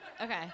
Okay